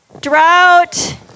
Drought